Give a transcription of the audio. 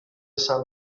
sam